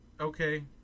okay